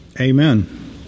Amen